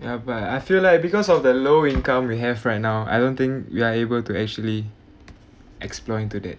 ya but I feel like because of the low income we have right now I don't think we are able to actually explore into that